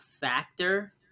factor